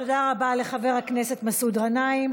תודה רבה לחבר הכנסת מסעוד גנאים.